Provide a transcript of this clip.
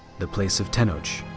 the place of tenoch,